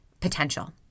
potential